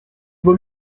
vaut